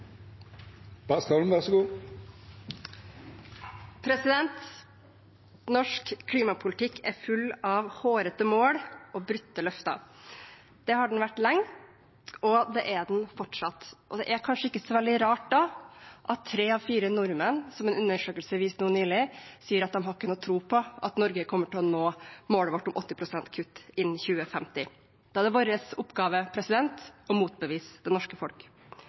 den fortsatt. Det er da kanskje ikke så veldig rart – som en undersøkelse viste nå nylig – at tre av fire nordmenn sier at de ikke har noen tro på at Norge kommer til å nå målet om 80 pst. kutt innen 2050. Da er det vår oppgave å motbevise det.